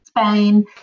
Spain